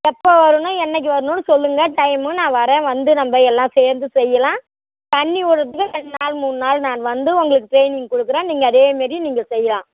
எப்போ வரணும் என்றைக்கு வர்ணுன்னு சொல்லுங்க டைம்மு நான் வரேன் வந்து நம்ப எல்லாம் சேர்ந்து செய்யலாம் தண்ணி விட்றதுக்கு ரெண் நாள் மூணு நாள் நான் வந்து உங்களுக்கு ட்ரெயினிங் கொடுக்குறேன் நீங்கள் அதே மாரி நீங்கள் செய்யலாம்